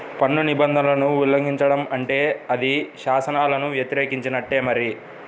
పన్ను నిబంధనలను ఉల్లంఘించడం అంటే అది శాసనాలను వ్యతిరేకించినట్టే మరి